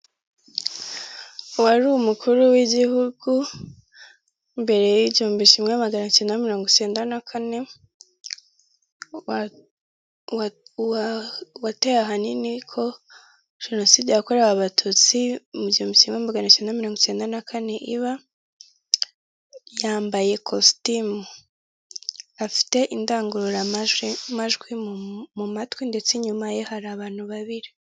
Uwari umukuru w'igihugu mbere y'igihumbi kimwe magana cyenda mirongo cyenda na kane, wa wateye ahanini ko jenoside yakorewe abatutsi mu gihumbi kimwe magana mirongo inda na kane iba, yambaye kositimu, afite indangururamajwi majwi mu matwi ndetse nyuma ye hari abantu babiri.